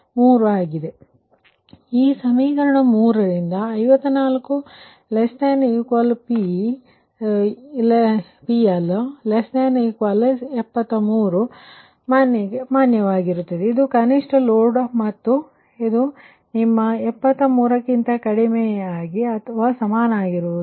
ಆದ್ದರಿಂದ ಈ ಸಮೀಕರಣ 3 54≤PL≤73 ಗೆ ಮಾನ್ಯವಾಗಿರುತ್ತದೆ ಇದರರ್ಥ ಇದು ಕನಿಷ್ಟ ಲೋಡ್ ಮತ್ತು ಇದು ನಿಮ್ಮ 73 ಕ್ಕಿಂತ ಕಡಿಮೆ ಅಥವಾ ಸಮಾನವಾಗಿರುತ್ತದೆ